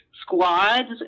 squads